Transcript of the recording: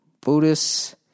Buddhists